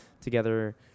together